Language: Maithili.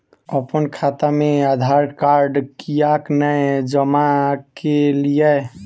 अप्पन खाता मे आधारकार्ड कियाक नै जमा केलियै?